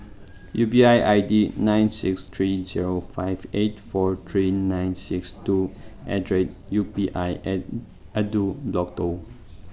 U P I I D nine six three zero five eight four three nine six two at the rate U P I ꯑꯗꯨ block ꯇꯧ